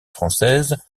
française